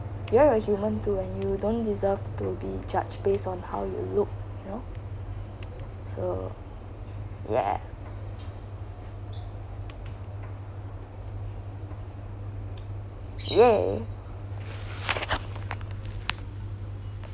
you're human too and you don't deserve to be judged based on how you look you know uh yeah !yay!